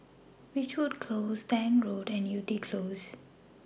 Ridgewood Close Tank Road and Yew Tee Close